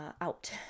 out